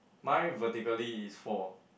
mine vertically is four